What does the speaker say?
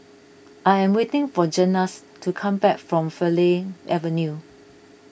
I am waiting for Zenas to come back from Farleigh Avenue